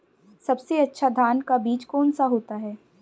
सबसे अच्छा धान का बीज कौन सा होता है?